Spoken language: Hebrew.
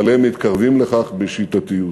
אבל הם מתקרבים לכך בשיטתיות.